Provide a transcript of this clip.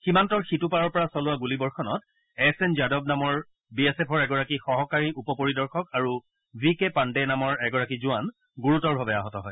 সীমান্তৰ সিটোপাৰৰ পৰা চলোৱা গুলীবৰ্ষণত এছ এন যাদৱ নামৰ বি এছ এফৰ এগৰাকী সহকাৰী উপ পৰিদৰ্শক আৰু ভি কে পাণ্ডে নামৰ এগৰাকী জোৱান গুৰুতৰভাৱে আহত হয়